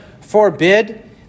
forbid